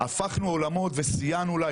הפכנו עולמות וסייענו לה.